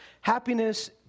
Happiness